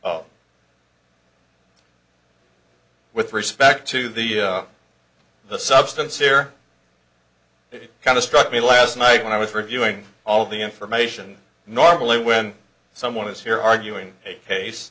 oh with respect to the the substance here it kind of struck me last night when i was reviewing all the information normally when someone is here arguing a case